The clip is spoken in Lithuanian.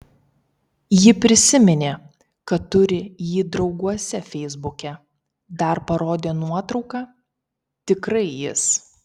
ji prisiminė kad turi jį drauguose feisbuke dar parodė nuotrauką tikrai jis